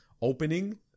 opening